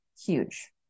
huge